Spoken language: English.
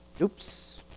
Oops